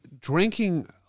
drinking